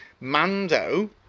Mando